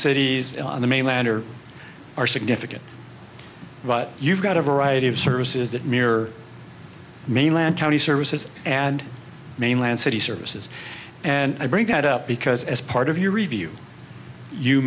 cities on the mainland or are significant you've got a variety of services that mirror mainland chinese services and mainland city services and i bring that up because as part of your review you